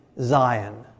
Zion